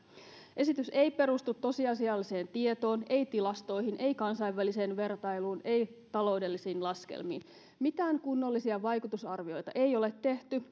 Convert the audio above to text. esitys ei perustu tosiasialliseen tietoon ei tilastoihin ei kansainväliseen vertailuun ei taloudellisiin laskelmiin mitään kunnollisia vaikutusarvioita ei ole tehty